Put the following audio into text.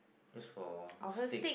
just for steak